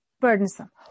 burdensome